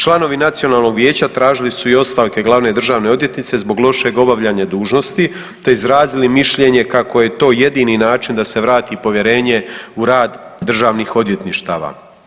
Članovi Nacionalnog vijeća tražili su i ostavke Glavne državne odvjetnice zbog lošeg obavljanja dužnosti, te izrazili mišljenje kako je to jedini način da se vrati povjerenje u rad Državnih odvjetništava.